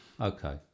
okay